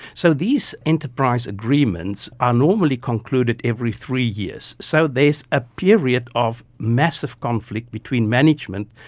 so these enterprise agreements are normally concluded every three years, so there's a period of massive conflict between management,